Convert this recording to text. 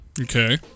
Okay